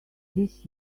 this